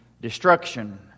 destruction